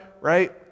right